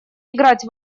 играть